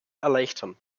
erleichtern